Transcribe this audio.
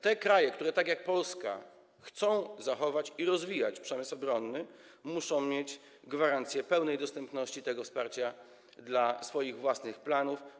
Te kraje, które tak jak Polska chcą zachować i rozwijać przemysł obronny, muszą mieć gwarancję pełnej dostępności tego wsparcia dla realizacji swoich własnych planów.